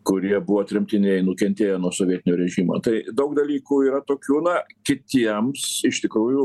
kurie buvo tremtiniai nukentėję nuo sovietinio režimo tai daug dalykų yra tokių na kitiems iš tikrųjų